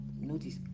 notice